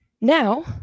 Now